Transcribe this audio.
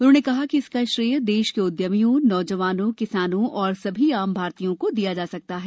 उन्होंने कहा कि इसका श्रेय देश के उद्यमियों नौजवानों किसानों और सभी आम भारतीयों को दिया जा सकता है